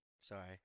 Sorry